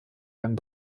lang